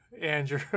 Andrew